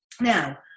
Now